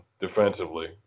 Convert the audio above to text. defensively